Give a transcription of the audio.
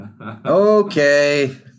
Okay